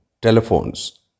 telephones